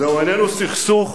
זהו איננו סכסוך